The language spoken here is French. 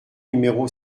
numéro